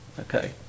Okay